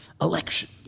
election